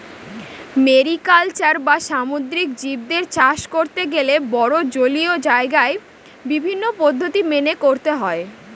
mariculture বা সামুদ্রিক জীবদের চাষ করতে গেলে বড়ো জলীয় জায়গায় বিভিন্ন পদ্ধতি মেনে করতে হয়